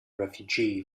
refuge